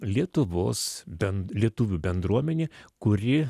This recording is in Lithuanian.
lietuvos bent lietuvių bendruomenė kuri